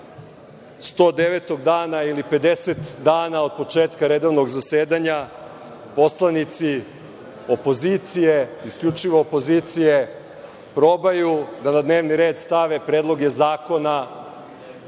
109. dana ili 50 dana od početka redovnog zasedanja, poslanici opozicije, isključivo opozicije, probaju da na dnevni red stave predloge zakona